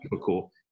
cool